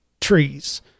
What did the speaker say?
trees